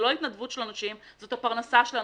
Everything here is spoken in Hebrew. זו לא התנדבות של אנשים זאת הפרנסה של אנשים.